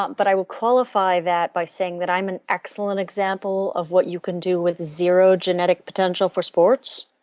um but i will qualify that by saying that i'm an excellent example of what you can do with zero genetic potential for sports.